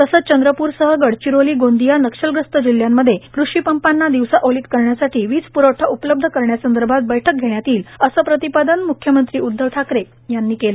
तसेच चंद्रप्रसह गडचिरोली गोंदिया नक्षलग्रस्त जिल्ह्यांमध्ये कृषी पंपांना दिवसा ओलीत करण्यासाठी वीज प्रवठा उपलब्ध करण्यासंदर्भात बैठक घेण्यात येईल असे प्रतिपादन म्ख्यमंत्री उद्धव ठाकरे यांनी केले